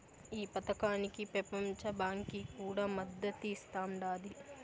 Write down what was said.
ఈ పదకానికి పెపంచ బాంకీ కూడా మద్దతిస్తాండాది